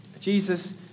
Jesus